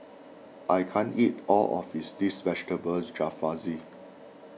I can't eat all of his this Vegetable Jalfrezi